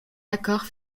accord